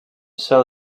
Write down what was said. sell